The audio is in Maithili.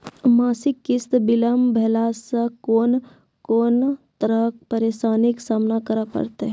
मासिक किस्त बिलम्ब भेलासॅ कून कून तरहक परेशानीक सामना करे परतै?